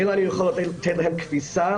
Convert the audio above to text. אין לנו יכולת לתת להם כביסה.